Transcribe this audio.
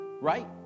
Right